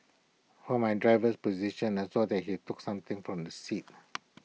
from my driver's position I saw that he took something from the seat